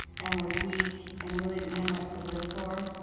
and was weak and really didn't have much to live for,